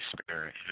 Spirit